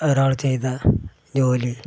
ഒരാൾ ചെയ്ത ജോലി